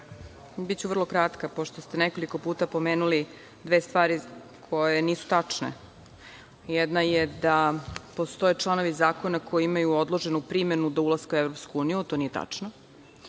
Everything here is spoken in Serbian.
Biću vrlo kratka, pošto ste nekoliko puta pomenuli dve stvari koje nisu tačne. Jedna je da postoje članovi zakona koji imaju odloženu primenu do ulaska u EU, to nije tačno.